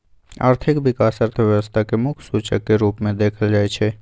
आर्थिक विकास अर्थव्यवस्था के मुख्य सूचक के रूप में देखल जाइ छइ